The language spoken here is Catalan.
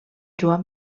joan